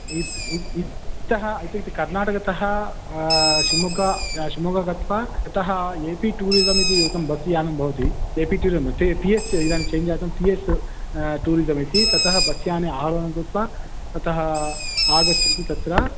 इत् इत् इतः इत्युक्ते कर्नाटकतः शिमोग्ग शिमोग्ग गत्वा ततः ए पि टूरिसमिति एकं बस् यानं भवति ए पि टूरिं ते पि एस् इदानीं चेन्ज् जातं टि एस् टूरिसमिति ततः बस् याने आरोहणं कृत्वा ततः आगच्छन्तु तत्र